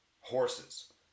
horses